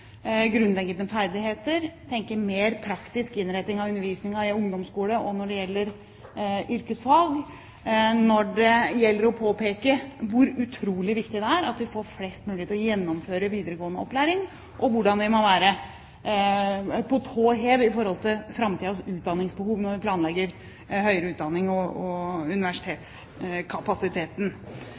grunnleggende ferdigheter, det å tenke mer praktisk innretting av undervisningen i ungdomsskole, og når det gjelder yrkesfag, når det gjelder å påpeke hvor utrolig viktig det er at vi får flest mulig til å gjennomføre videregående opplæring, og hvordan vi må være på tå hev i forhold til framtidens utdanningsbehov når vi planlegger høyere utdanning og universitetskapasiteten.